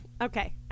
Okay